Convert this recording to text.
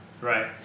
right